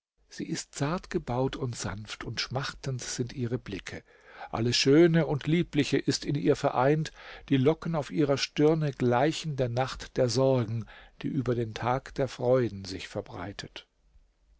sie ist zart gebaut sanft und schmachtend sind ihre blicke alles schöne und liebliche ist in ihr vereint die locken auf ihrer stirne gleichen der nacht der sorgen die über den tag der freuden sich verbreitet